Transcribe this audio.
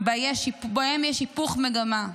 שבהם יש היפוך מגמה.